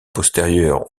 postérieurs